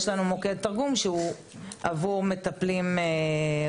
יש לנו מוקד תרגום שהוא עבור מטפלים רפואיים.